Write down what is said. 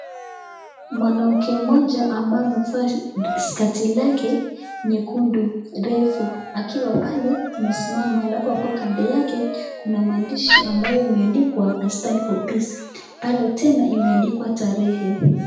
Mwanamke mmoja ambaye amevaa skati lake nyekundu refu akiwa pale amesimama alafu hapo kando yake kuna maandishi ambayo imeandikwa I stand for peace , pale tena imeandikwa tarehe.